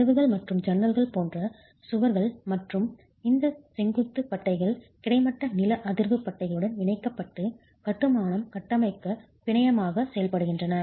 கதவுகள் மற்றும் ஜன்னல்கள் போன்ற சுவர்கள் மற்றும் இந்த செங்குத்து பட்டைகள் கிடைமட்ட நில அதிர்வு பட்டைகளுடன் இணைக்கப்பட்டு கட்டுமானம் கட்டமைக்க பிணையமாக செயல்படுகின்றன